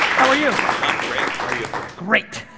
how are you? i'm great, how are you? great.